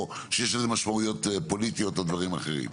או שיש לזה משמעויות פוליטיות או דברים אחרים.